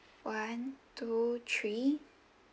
one two three